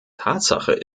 tatsache